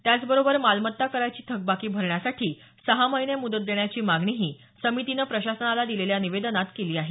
त्याचबरोबर मालमत्ता कराची थकबाकी भरण्यासाठी सहा महिने मुदत देण्याची मागणीही समितीनं प्रशासनाला दिलेल्या निवेदनात केली आहे